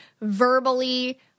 verbally